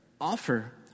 offer